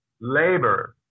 labor